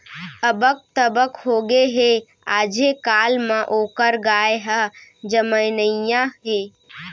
अबक तबक होगे हे, आजे काल म ओकर गाय ह जमनइया हे